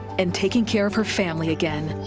and taking care of her family again.